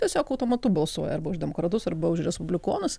tiesiog automatu balsuoja arba už demokratus arba už respublikonus